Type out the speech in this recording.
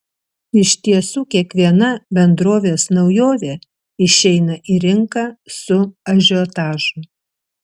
iš tiesų kiekviena bendrovės naujovė išeina į rinką su ažiotažu